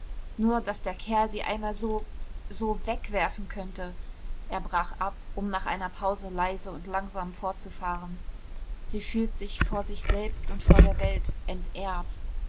nur daß der kerl sie einmal so so wegwerfen könnte er brach ab um nach einer pause leise und langsam fortzufahren sie fühlt sich vor sich selbst und vor der welt entehrt